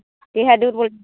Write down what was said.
देहा दुरबल